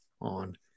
on